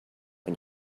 you